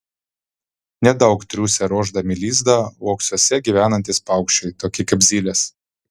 nedaug triūsia ruošdami lizdą uoksuose gyvenantys paukščiai tokie kaip zylės